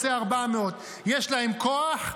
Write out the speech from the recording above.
רוצה 400". יש להם כוח,